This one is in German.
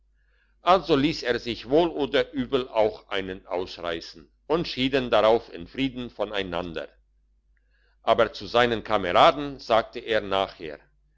also liess er sich wohl oder übel auch einen ausreissen und schieden darauf in frieden voneinander aber zu seinen kameraden sagte er nachher